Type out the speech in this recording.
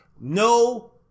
no